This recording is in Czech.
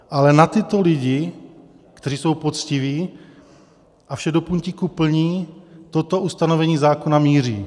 Ale na tyto lidi, kteří jsou poctiví a vše do puntíku plní, toto ustanovení zákona míří.